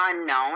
unknown